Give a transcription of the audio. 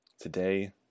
Today